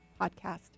podcast